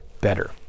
better